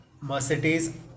Mercedes